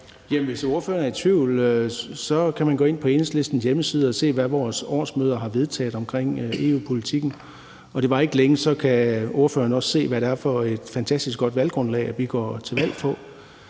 Hvis ordføreren er i tvivl, kan han gå ind på Enhedslistens hjemmeside og se, hvad vores årsmøde har vedtaget omkring EU-politikken, og det varer ikke længe, før ordføreren også kan se, hvad det er for et fantastisk godt valggrundlag, vi går til valg på.